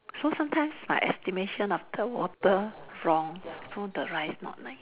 so sometimes my estimation of the water from so the rice not nice